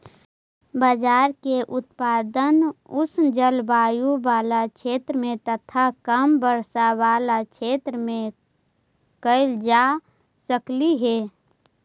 बाजरा के उत्पादन उष्ण जलवायु बला क्षेत्र में तथा कम वर्षा बला क्षेत्र में कयल जा सकलई हे